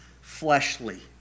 fleshly